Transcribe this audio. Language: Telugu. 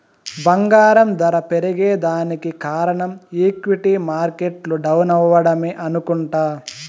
బంగారం దర పెరగేదానికి కారనం ఈక్విటీ మార్కెట్లు డౌనవ్వడమే అనుకుంట